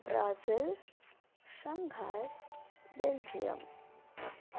Brazil Shanghai Belgium